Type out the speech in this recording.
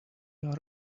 are